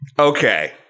Okay